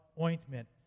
ointment